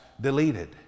deleted